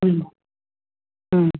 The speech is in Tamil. ம் ம்